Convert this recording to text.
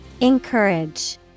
Encourage